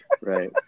Right